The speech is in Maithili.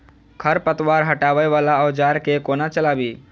खरपतवार हटावय वला औजार केँ कोना चलाबी?